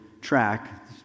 track